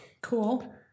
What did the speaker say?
cool